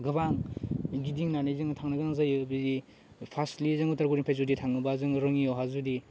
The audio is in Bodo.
गोबां गिदिंनानै जोङो थांनो गोनां जायो बिदि पास्टलि जोङो उदालगुरिनिफ्राय जुदि थाङोबा जोङो रङिया यावहा जुदि